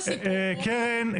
קרן,